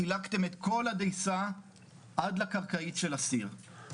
חילקתם את כל הדייסה עד לקרקעית של הסיר.